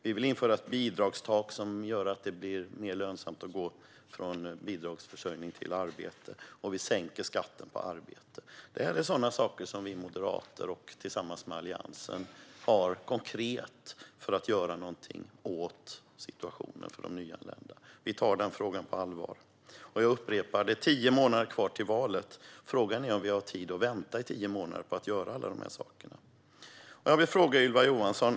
Vi vill införa ett bidragstak som gör att det blir mer lönsamt att gå från bidragsförsörjning till arbete. Och vi sänker skatten på arbete. Det här är sådana saker som vi moderater tillsammans med Alliansen föreslår för att göra något konkret åt situationen för de nyanlända. Vi tar den frågan på allvar. Jag upprepar: Det är tio månader kvar till valet. Frågan är om vi har tid att vänta i tio månader på att göra alla dessa saker.